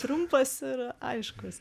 trumpas ir aiškus